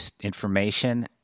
information